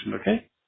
okay